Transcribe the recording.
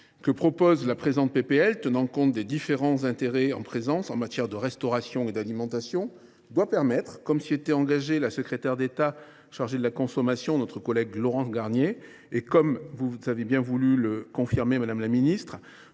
proposition de loi, tenant compte des différents intérêts en matière de restauration et d’alimentation, doit permettre, comme s’y était engagée la secrétaire d’État chargée la consommation, notre collègue Laurence Garnier, et comme vous venez de le confirmer, madame la ministre,